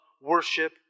worship